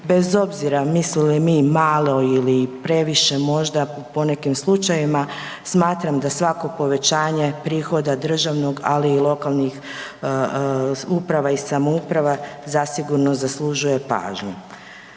Bez obzira mislili mi malo ili previše možda u ponekim slučajevima smatram da svako povećanje prihoda državnog, ali i lokalnih uprava i samouprava zasigurno zaslužuje pažnju.